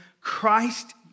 Christ